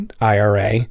IRA